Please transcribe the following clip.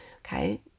Okay